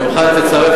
אני מוכן שתצטרף,